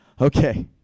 Okay